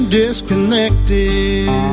disconnected